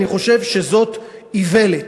אני חושב שזאת איוולת,